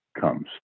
comes